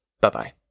Bye-bye